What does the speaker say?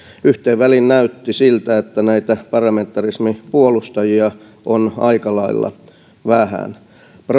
yhteen väliin näytti siltä että näitä parlamentarismin puolustajia on aika lailla vähän